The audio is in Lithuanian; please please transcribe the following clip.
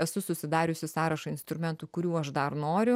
esu susidariusi sąrašą instrumentų kurių aš dar noriu